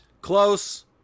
Close